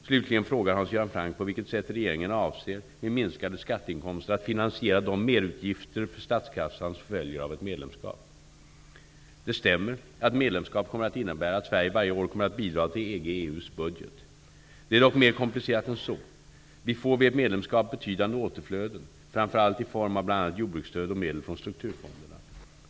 Slutligen frågar Hans Göran Franck på vilket sätt regeringen avser, med minskade skatteinkomster, att finansiera de merutgifter för statskassan som följer av ett medlemskap. Det stämmer att ett medlemskap kommer att innebära att Sverige varje år kommer att bidra till EG/EU:s budget. Det är dock mer komplicerat än så. Vi får vid ett medlemskap betydande återflöden, framför allt i form av bl.a.